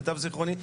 למיטב זיכרוני,